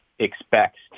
expects